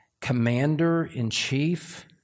commander-in-chief